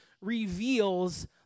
reveals